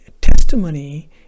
testimony